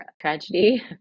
tragedy